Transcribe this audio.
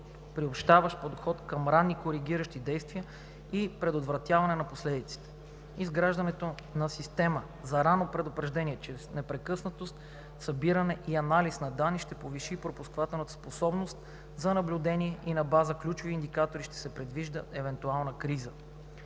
приобщаващ подход към ранни коригиращи действия и предотвратяване на последиците. Изграждането на система за ранно предупреждаване чрез непрекъснато събиране и анализ на данни ще повиши пропускателната способност за наблюдение и на база ключови индикатори ще се предвиди евентуална криза.